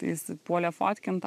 jis puolė fotkint